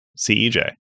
cej